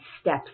steps